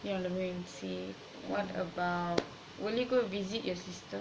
yeah let me go and see what about will you go and visit your sister